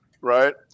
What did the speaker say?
right